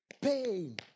pain